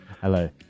Hello